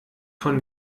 von